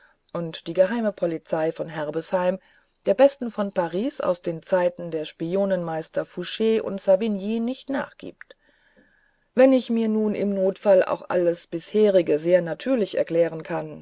und die geheime polizei von herbesheim der besten von paris aus den zeiten der spionenmeister fouch und savigny nichts nachgibt wenn ich mir nun im notfall auch alles bisherige sehr natürlich erklären kann